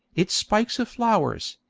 its spikes of flowers,